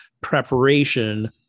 preparation